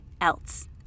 else